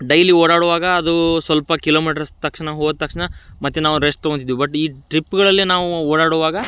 daily ಓಡಾಡುವಾಗ ಅದೂ ಸ್ವಲ್ಪ ಕಿಲೋಮೀಟ್ರಸ್ ತಕ್ಷಣ ಹೋದ ತಕ್ಷಣ ಮತ್ತೆ ನಾವು ರೆಸ್ಟ್ ತೊಗೊಳ್ತಿದ್ವಿ ಬಟ್ ಈ ಟ್ರಿಪ್ಗಳಲ್ಲಿ ನಾವು ಓಡಾಡುವಾಗ